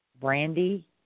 brandy